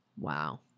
Wow